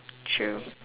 true